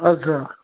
ଆଚ୍ଛା